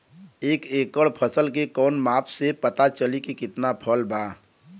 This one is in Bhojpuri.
एक एकड़ फसल के कवन माप से पता चली की कितना फल बा?